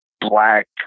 black